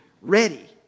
ready